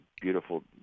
beautiful